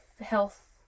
health